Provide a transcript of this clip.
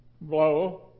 blow